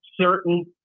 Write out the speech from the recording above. certain